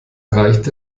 reicht